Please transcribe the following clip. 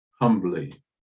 humbly